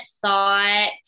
thought